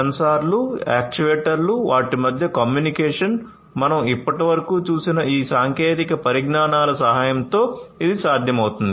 సెన్సార్లు యాక్యుయేటర్లు వాటి మధ్య కమ్యూనికేషన్ మనం ఇప్పటివరకు చూసిన ఈ సాంకేతిక పరిజ్ఞానాల సహాయంతో ఇది సాధ్యమవుతుంది